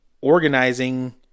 organizing